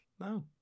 No